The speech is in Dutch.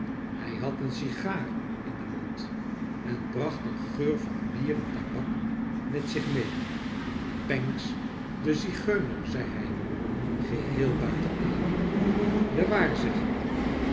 hij had een sigaar in den mond en bracht een geur van bier en tabak met zich mee pancks de zigeuner zei hij geheel buiten adem de